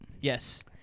Yes